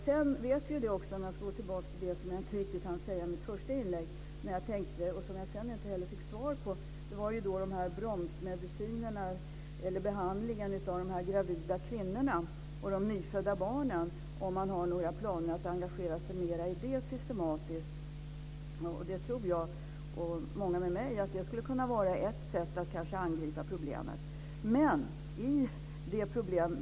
Jag ska gå tillbaka till det jag inte riktigt hann säga i mitt första inlägg och som jag sedan heller inte fick svar på. Det gäller behandlingen av de gravida kvinnorna och de nyfödda barnen med bromsmediciner och om man har några planer att engagera sig mer systematiskt i det problemet. Jag och många med mig tror att det skulle kunna vara ett sätt att angripa problemet.